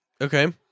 okay